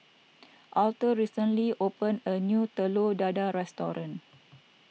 Aurthur recently opened a new Telur Dadah restaurant